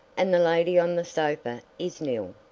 and the lady on the sofa is nil.